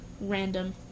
Random